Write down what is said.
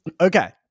Okay